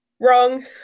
Wrong